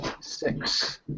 six